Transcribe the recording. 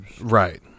Right